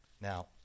Now